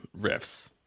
riffs